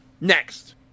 Next